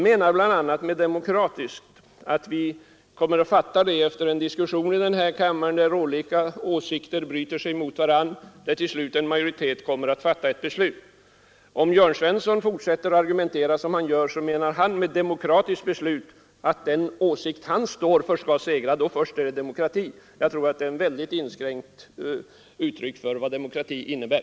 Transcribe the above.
Med ”demokratiskt beslut” menar jag att vi kommer att fatta det efter en diskussion här i kammaren där olika åsikter bryter sig mot varandra och där till sist en majoritet kommer att vara för beslutet. Om Jörn Svensson fortsätter att argumentera som han gör, så menar han med ”demokratiskt beslut” att den åtsikt han står för skall segra — då först är det demokratiskt. Jag tror att det är en mycket inskränkt syn på vad demokrati innebär.